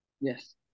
Yes